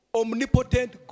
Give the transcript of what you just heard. omnipotent